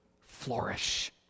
flourish